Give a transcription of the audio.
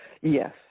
Yes